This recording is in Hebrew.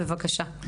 בבקשה.